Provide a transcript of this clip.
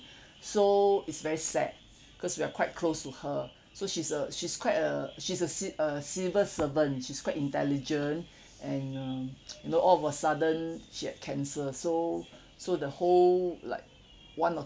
so is very sad cause we're quite close to her so she's a she's quite a she's a ci~ a civil servant she's quite intelligent and um you know all of a sudden she had cancer so so the whole like one or